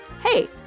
Hey